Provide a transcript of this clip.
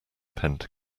pent